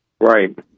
Right